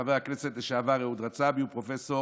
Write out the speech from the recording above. חבר הכנסת לשעבר אהוד רצאבי ופרופ'